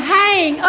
hang